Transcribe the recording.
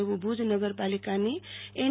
એવું ભુજ નગરપાલિકાની એન